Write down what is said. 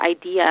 idea